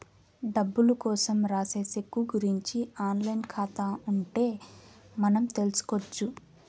డబ్బులు కోసం రాసే సెక్కు గురుంచి ఆన్ లైన్ ఖాతా ఉంటే మనం తెల్సుకొచ్చు